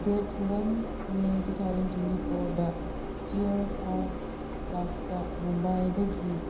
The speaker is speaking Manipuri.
date one May two thousand twenty ꯐꯣꯔꯗ ꯇꯤꯌꯔ ꯊꯥꯔ ꯀ꯭ꯂꯥꯁꯇ ꯃꯨꯝꯕꯥꯏꯗꯒꯤ